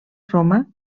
roma